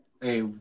Hey